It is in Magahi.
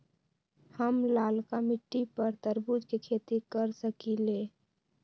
हम लालका मिट्टी पर तरबूज के खेती कर सकीले?